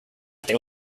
there